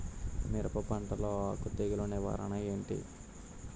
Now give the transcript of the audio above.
మిరప పంటలో ఆకు తెగులు నివారణ ఏంటి?